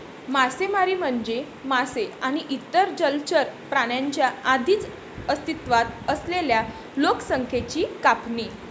मासेमारी म्हणजे मासे आणि इतर जलचर प्राण्यांच्या आधीच अस्तित्वात असलेल्या लोकसंख्येची कापणी